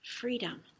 freedom